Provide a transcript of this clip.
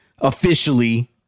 officially